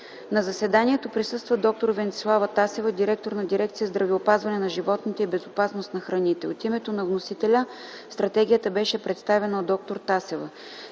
На заседанието присъства д-р Венцеслава Тасева – директор на дирекция „Здравеопазване на животните и безопасност на храните”. От името на вносителя стратегията беше представена от д-р Тасева.